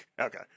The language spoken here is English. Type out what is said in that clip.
Okay